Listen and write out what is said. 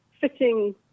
fitting